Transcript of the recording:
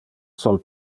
sol